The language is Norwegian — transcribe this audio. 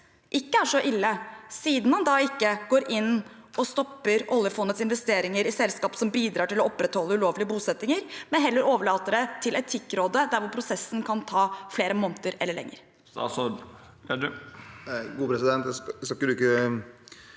ikke er så ille, siden han ikke går inn og stopper oljefondets investeringer i selskaper som bidrar til å opprettholde ulovlige bosettinger, men heller overlater det til Etikkrådet, der prosessen kan ta flere måneder eller lengre